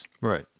Right